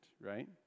right